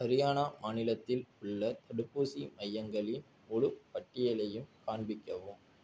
ஹரியானா மாநிலத்தில் உள்ள தடுப்பூசி மையங்களின் முழுப் பட்டியலையும் காண்பிக்கவும்